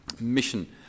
mission